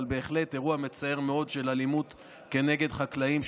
אבל בהחלט אירוע מצער מאוד של אלימות נגד חקלאים,